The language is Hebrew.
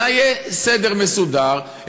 אלא יהיה סדר מסודר.